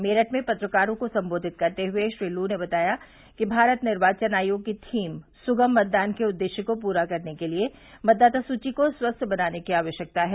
मेरठ में पत्रकारों को संबोधित करते हुए श्री लू ने बताया कि भारत निर्वाचन आयोग की थीम सुगम मतदान के उद्देश्य को पूरा करने के लिए मतदाता सूची को स्वस्थ्य बनाने की आवश्यकता है